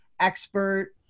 expert